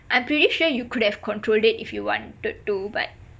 I'm pretty sure you could have controlled it if you wanted to but